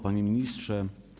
Panie Ministrze!